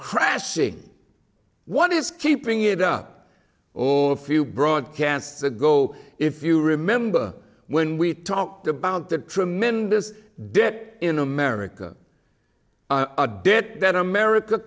crashing what is keeping it up or a few broadcasts ago if you remember when we talked about the tremendous debt in america a debt that america